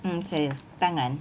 hmm 当然